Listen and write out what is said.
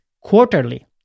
quarterly